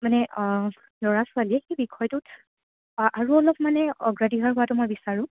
মানে ল'ৰা ছোৱালীয়ে সেই বিষয়টোত আৰু অলপ মানে অগ্ৰাধীকাৰ হোৱাটো মই বিচাৰোঁ